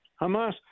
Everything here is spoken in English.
Hamas